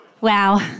Wow